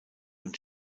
und